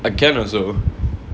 uh can also